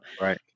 right